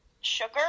sugar